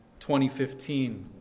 2015